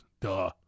Duh